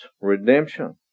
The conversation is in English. Redemption